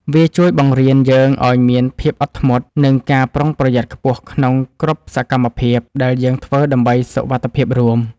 វាជួយបង្រៀនយើងឱ្យមានភាពអត់ធ្មត់ និងការប្រុងប្រយ័ត្នខ្ពស់ក្នុងគ្រប់សកម្មភាពដែលយើងធ្វើដើម្បីសុវត្ថិភាពរួម។